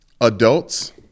adults